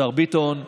השר ביטון.